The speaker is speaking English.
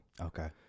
Okay